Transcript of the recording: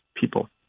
people